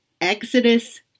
Exodus